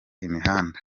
imihanda